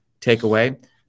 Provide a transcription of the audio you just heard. takeaway